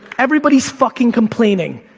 everybody's fucking complaining.